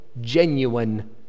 genuine